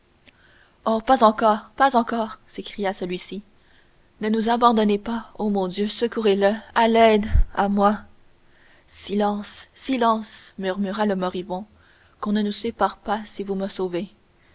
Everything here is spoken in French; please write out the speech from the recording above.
pas encore pas encore s'écria celui-ci ne nous abandonnez pas ô mon dieu secourez le à l'aide à moi silence silence murmura le moribond qu'on ne nous sépare pas si vous me sauvez